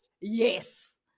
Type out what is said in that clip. yes